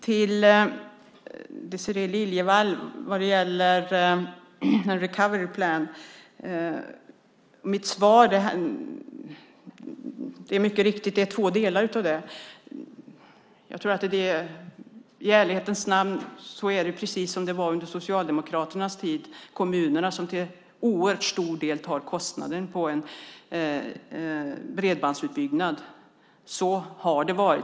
Till Désirée Liljevall vad gäller Recovery Plan: Det är mycket riktigt två delar i det. I ärlighetens namn ska jag säga att det är precis som det var under Socialdemokraternas tid att det är kommunerna som till oerhört stor del tar kostnaden för bredbandsutbyggnaden. Så har det varit.